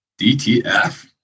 DTF